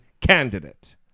candidate